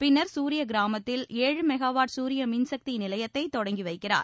பின்னர் சூரிய கிராமத்தில் ஏழு மெகாவாட் சூரிய மின்சக்தி நிலையத்தை தொடங்கி வைக்கிறார்